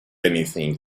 anything